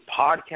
podcast